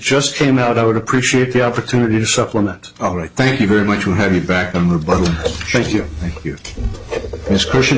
just came out i would appreciate the opportunity to supplement alright thank you very much to have you back on the